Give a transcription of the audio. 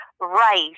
rice